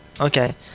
Okay